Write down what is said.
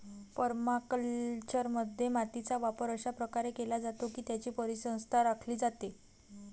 परमाकल्चरमध्ये, मातीचा वापर अशा प्रकारे केला जातो की त्याची परिसंस्था राखली जाते